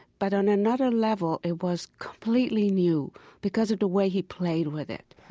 but on another level, it was completely new because of the way he played with it,